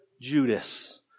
Judas